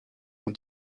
ont